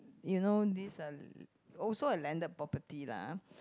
you know this uh also a landed property lah